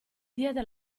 diede